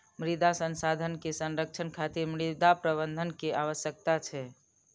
मृदा संसाधन के संरक्षण खातिर मृदा प्रबंधन के आवश्यकता छै